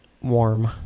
warm